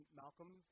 Malcolm